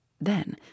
Then